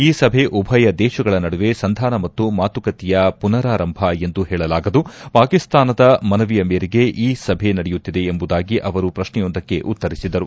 ಈ ಸಭೆ ಉಭಯ ದೇಶಗಳ ನಡುವೆ ಸಂಧಾನ ಮತ್ತು ಮಾತುಕತೆಯ ಪುನರಾರಂಭ ಎಂದು ಹೇಳಲಾಗದು ಪಾಕಿಸ್ತಾನದ ಮನವಿಯ ಮೇರೆಗೆ ಈ ಸಭೆ ನಡೆಯುತ್ತಿದೆ ಎಂಬುದಾಗಿ ಅವರು ಪ್ರಶ್ನೆಯೊಂದಕ್ಕೆ ಉತ್ತರಿಸಿದರು